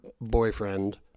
boyfriend